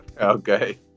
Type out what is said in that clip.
Okay